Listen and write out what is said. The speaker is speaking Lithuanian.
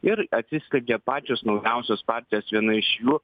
ir atsiskleidžia pačios naujausios partijos viena iš jų